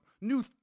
new